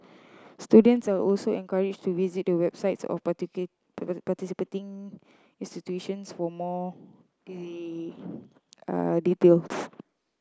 students are also encouraged to visit the websites of participating institutions for more details